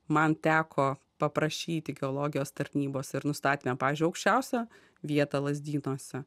man teko paprašyti geologijos tarnybos ir nustatėme pavyzdžiui aukščiausią vietą lazdynuose